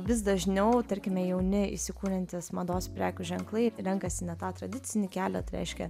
vis dažniau tarkime jauni įsikuriantys mados prekių ženklai renkasi ne tą tradicinį kelią tai reiškia